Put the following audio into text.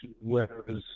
whereas